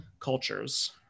cultures